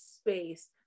space